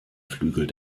flügel